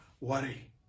worry